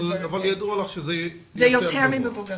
אבל ידוע לך שזה --- זה יותר ממבוגרים,